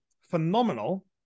phenomenal